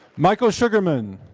michael sugarman.